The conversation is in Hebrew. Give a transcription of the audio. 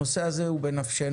הנושא הזה הוא בנפשנו,